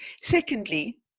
Secondly